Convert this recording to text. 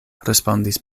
respondis